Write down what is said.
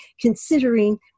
considering